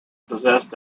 possessed